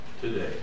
today